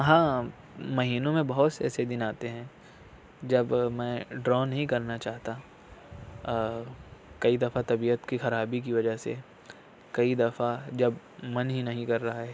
ہاں مہینوں میں بہت سے ایسے دن آتے ہیں جب میں ڈرا نہیں کرنا چاہتا کئی دفعہ طبیعت کی خرابی کی وجہ سے کئی دفعہ جب من ہی نہیں کر رہا ہے